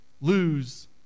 lose